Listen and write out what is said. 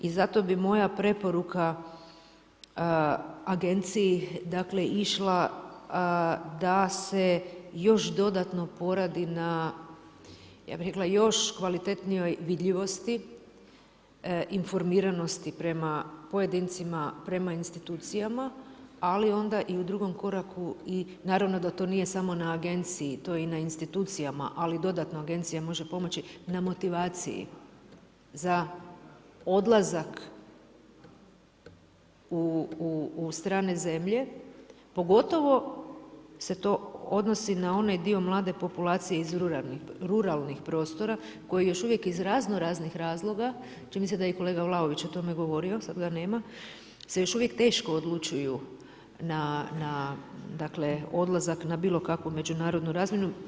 I zato bi moja preporuka agenciji išla da se još dodano poradi na ja bi rekla još kvalitetnoj vidljivosti, informiranosti prema pojedincima, prema institucijama, ali onda i u drugom koraku naravno da to nije samo na agenciji, to je i na institucijama, ali dodatno agencija može pomoći, na motivaciji za odlazak u strane zemlje, pogotovo se to odnosi na onaj dio mlade populacije iz ruralnih prostora koji još uvijek iz raznoraznih razloga, čini mi se da je i kolega Vlaović o tome govorio sad ga nema, se još uvijek teško odlučuju na odlazak na bilo kakvu međunarodnu razmjenu.